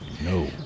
no